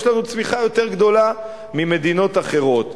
יש לנו צמיחה יותר גדולה ממדינות אחרות.